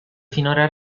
finora